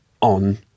on